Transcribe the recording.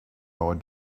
our